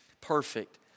perfect